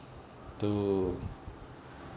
to